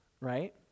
right